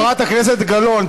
חברת הכנסת גלאון,